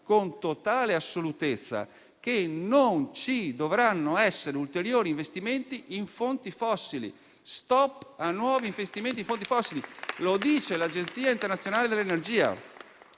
con totale assolutezza che non ci dovranno essere ulteriori investimenti in fonti fossili. Stop a nuovi investimenti in fonti fossili: lo dice l'Agenzia internazionale dell'energia.